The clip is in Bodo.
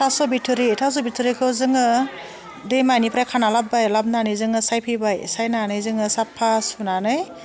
थास' बिथ'रि थास' बिथ'रिखौ जोङो दैमानिफ्राय खाना लाबबाय लाबनानै जोङो सायफैबाय सायनानै जोङो साफ्फा सुनानै